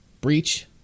Breach